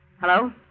Hello